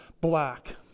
black